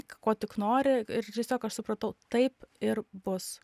ko tik nori ir tiesiog aš supratau taip ir bus